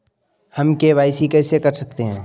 हम के.वाई.सी कैसे कर सकते हैं?